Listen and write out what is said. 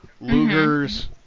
Luger's